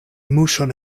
muŝon